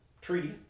treaty